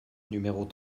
numéros